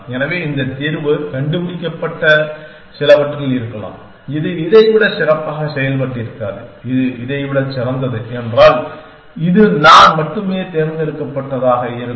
எனவே இந்த தீர்வு கண்டுபிடிக்கப்பட்ட சிலவற்றில் இருக்கலாம் இது இதை விட சிறப்பாக செயல்பட்டிருக்காது இது இதை விட சிறந்தது என்றால் இது நான் மட்டுமே தேர்ந்தெடுக்கப்பட்டதாக இருக்கும்